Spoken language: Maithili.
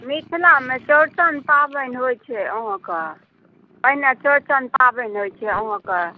मिथिलामे चौड़चन पाबनि होइ छै अहाँके पहिने चौड़चन पाबनि होइ छै अहाँके